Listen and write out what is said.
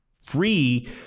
free